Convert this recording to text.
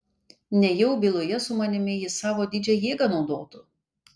nejau byloje su manimi jis savo didžią jėgą naudotų